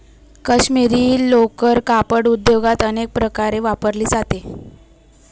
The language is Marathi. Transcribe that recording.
काश्मिरी लोकर कापड उद्योगात अनेक प्रकारे वापरली जाते